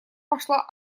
пошла